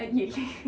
okay